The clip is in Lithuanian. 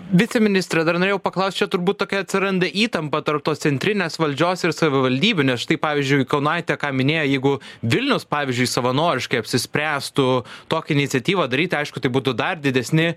viceministre dar norėjau paklaust čia turbūt tokia atsiranda įtampa tarp tos centrinės valdžios ir savivaldybių nes štai pavyzdžiui kaunaitė ką minėjo jeigu vilnius pavyzdžiui savanoriškai apsispręstų tokią iniciatyvą daryti aišku tai būtų dar didesni